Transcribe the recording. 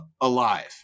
alive